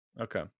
Okay